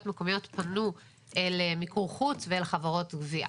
מקומיות פנו למיקור חוץ ולחברות גבייה.